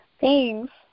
Thanks